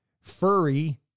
furry